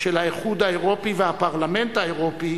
של האיחוד האירופי והפרלמנט האירופי